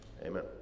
Amen